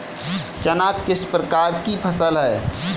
चना किस प्रकार की फसल है?